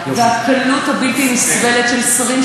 והקלות הבלתי-נסבלת של שרים,